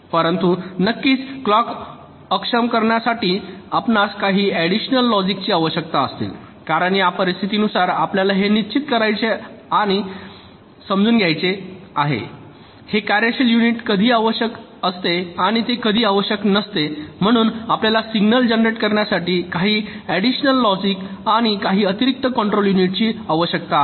परंतु नक्कीच क्लॉक अक्षम करण्यासाठी आपणास काही ऍडिशनल लॉजिक ची आवश्यक असतील कारण या परिस्थितीनुसार आपल्याला हे निश्चित करावे आणि समजून घ्यावे लागेल की हे कार्यशील युनिट कधी आवश्यक असते आणि ते कधी आवश्यक नसते म्हणून आपल्याला सिग्नल जनरेट करण्यासाठी काही ऍडिशनल लॉजिक आणि काही अतिरिक्त कंट्रोल युनिटची आवश्यकता आहे